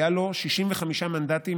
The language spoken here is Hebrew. היה לו 65 מנדטים,